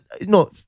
No